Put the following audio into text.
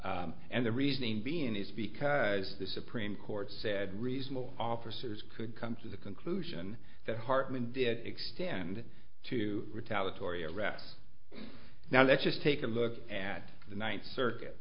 and the reason being is because the supreme court said reasonable officers could come to the conclusion that hartmann did extend to retaliatory arrests now let's just take a look at the ninth